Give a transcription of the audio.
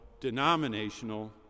denominational